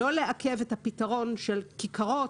לא לעכב את הפתרון של כיכרות,